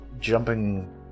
jumping